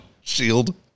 Shield